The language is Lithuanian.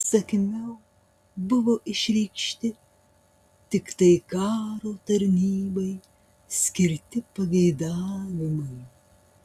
įsakmiau buvo išreikšti tiktai karo tarnybai skirti pageidavimai